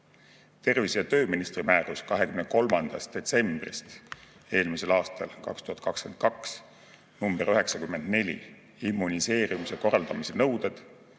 Tervise‑ ja tööministri määrus 23. detsembrist eelmisel aastal, 2022, nr 94 "Immuniseerimise korraldamise nõuded"